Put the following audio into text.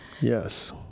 Yes